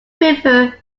prefer